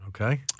Okay